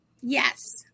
Yes